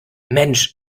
mensch